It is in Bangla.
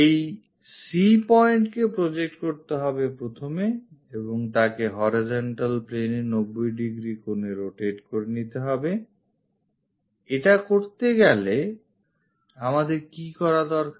এই C point কে প্রজেক্ট করতে হবে প্রথমে এবং তাকে horizontal planeএ 90 ডিগ্রি কোণে rotate করে নিতে হবেI এটা করতে গেলে আমাদের কি করা দরকার